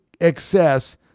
excess